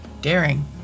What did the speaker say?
daring